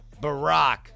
Barack